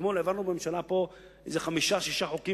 אתמול העברנו פה איזה חמישה-שישה חוקים